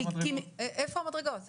איפה המדרגות?